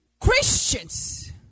Christians